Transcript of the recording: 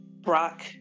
Brock